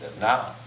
Now